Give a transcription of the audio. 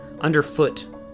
underfoot